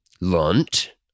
Lunt